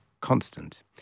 constant